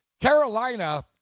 Carolina